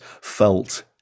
felt